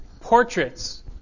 portraits